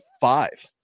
five